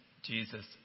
Jesus